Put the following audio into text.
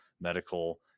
medical